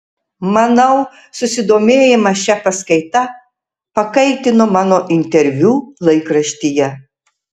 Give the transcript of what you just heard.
manau susidomėjimą šia paskaita pakaitino mano interviu laikraštyje